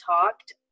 talked